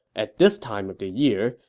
at this time of the year,